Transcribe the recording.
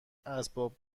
اسباب